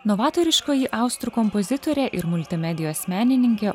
novatoriškoji austrų kompozitorė ir multimedijos menininkė